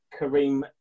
Kareem